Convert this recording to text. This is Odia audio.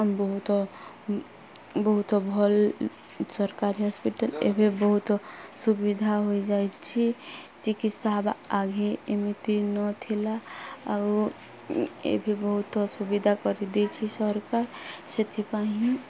ବହୁତ ବହୁତ ଭଲ୍ ସରକାରୀ ହସ୍ପିଟାଲ ଏବେ ବହୁତ ସୁବିଧା ହୋଇଯାଇଛି ଚିକିତ୍ସା ହେବା ଆଗେ ଏମିତି ନଥିଲା ଆଉ ଏବେ ବହୁତ ସୁବିଧା କରିଦେଇଛି ସରକାର ସେଥିପାଇଁ